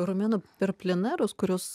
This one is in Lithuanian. romena per plenerus kuriuos